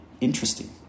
interesting